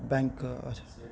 bank اچھا اچھا